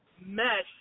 mesh